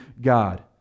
God